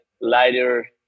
lighter